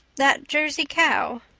that jersey cow.